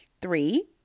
Three